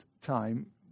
time